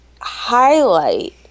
highlight